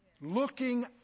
Looking